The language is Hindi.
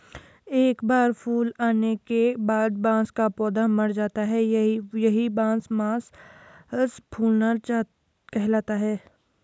एक बार फूल आने के बाद बांस का पौधा मर जाता है यही बांस मांस फूलना कहलाता है